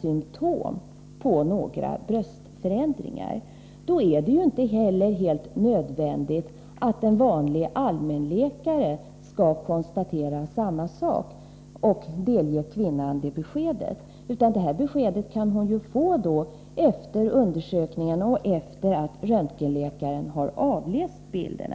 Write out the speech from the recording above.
symtom på bröstförändringar, är det inte heller nödvändigt att en vanlig allmänläkare skall konstatera detta och delge kvinnan beskedet, utan beskedet kan hon få efter undersökningen och efter det att röntgenläkaren har avläst bilden.